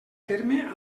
terme